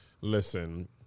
Listen